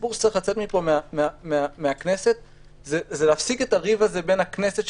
הסיפור שצריך לצאת מן הכנסת הוא להפסיק את הריב הזה בין הכנסת,